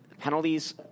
penalties